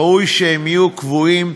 ראוי שהם יהיו קבועים,